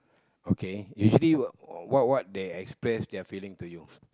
okay usually what what they express their to you